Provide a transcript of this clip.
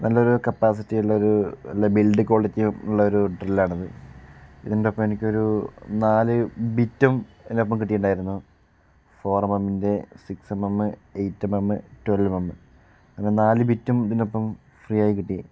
നല്ലൊരു കപ്പാസിറ്റിയിള്ളോര് building quality ഉള്ളൊരു ഡ്രില്ലാണത് ഇതിൻ്റെ ഒപ്പം എനിക്കൊരൂ നാല് ബിറ്റും അതിൻ്റെ ഒപ്പം കിട്ടിയിട്ടുണ്ടായിരുന്നു ഫോർ എംഎമ്മിൻ്റെ six mm eight mm twelve mm അങ്ങനെ നാല് ബിറ്റും ഇതിൻ്റെ ഒപ്പം ഫ്രീയായി കിട്ടി